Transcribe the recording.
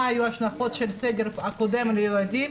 מה היו ההשלכות של הסגר הקודם על הילדים.